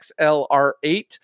XLR8